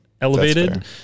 elevated